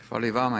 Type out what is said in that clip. Hvala i vama.